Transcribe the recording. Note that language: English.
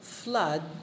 flood